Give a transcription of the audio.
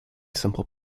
simple